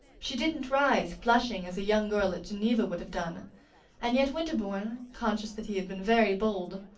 she didn't rise, blushing, as a young girl at geneva would have done and yet winterbourne, conscious that he had been very bold,